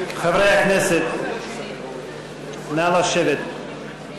חבר הכנסת יולי יואל אדלשטיין,